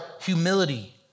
humility